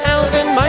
Alvin